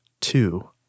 two